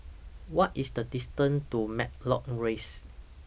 What IS The distance to Matlock Rise